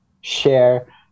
share